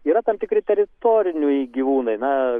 yra tam tikri teritoriniai gyvūnai na